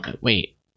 Wait